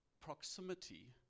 proximity